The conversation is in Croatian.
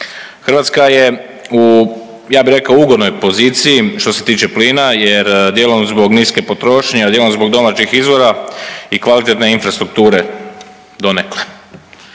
rekao ugodnoj poziciji što se tiče plina, jer dijelom zbog niske potrošnje, a dijelom zbog domaćih izvora i kvalitetne infrastrukture donekle.